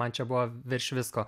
man čia buvo virš visko